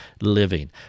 living